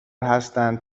هستند